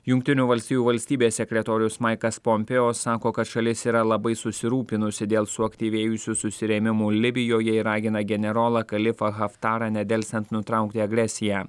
jungtinių valstijų valstybės sekretorius maikas pompėjo sako kad šalis yra labai susirūpinusi dėl suaktyvėjusių susirėmimų libijoje ir ragina generolą kalifą haftarą nedelsiant nutraukti agresiją